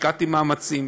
השקעתי מאמצים,